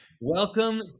Welcome